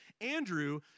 Andrew